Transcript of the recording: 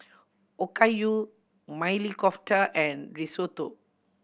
Okayu Maili Kofta and Risotto